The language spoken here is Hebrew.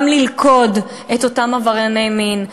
גם ללכוד את אותם עברייני מין.